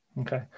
Okay